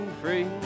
free